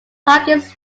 hawkins